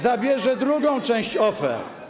Zabierze drugą część OFE.